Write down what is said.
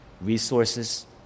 resources